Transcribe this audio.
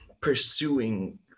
pursuing